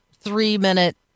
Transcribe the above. three-minute